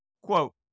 Quote